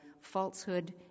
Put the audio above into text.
Falsehood